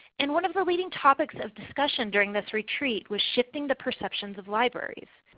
and one of the leading topics of discussion during this retreat was shifting the perceptions of libraries.